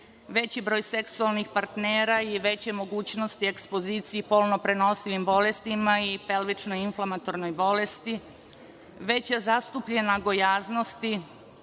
veći broj seksualnih partnera i veće mogućnosti ekspozicije i polno-prenosivim bolestima i pelvično inflamantornoj bolesti, veća zastupljenost gojaznosti.